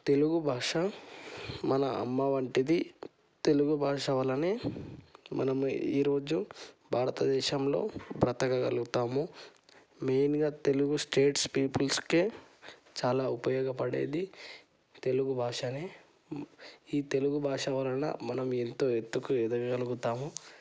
తెలుగు భాష మన అమ్మ వంటిది తెలుగు భాష వలనే మనం ఈరోజు భారతదేశంలో బ్రతకగలుగుతాము మెయిన్గా తెలుగు స్టేట్స్ పీపుల్స్కే చాలా ఉపయోగపడేది తెలుగు భాషయే ఈ తెలుగు భాష వలన మనం ఎంతో ఎత్తుకు ఎదగగలుగుతాము